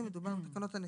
הנכים,